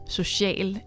social